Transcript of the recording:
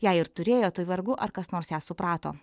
jei ir turėjo tai vargu ar kas nors ją suprato